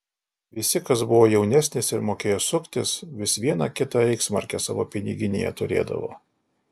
visi kas buvo jaunesnis ir mokėjo suktis vis vieną kitą reichsmarkę savo piniginėje turėdavo